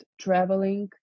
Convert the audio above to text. traveling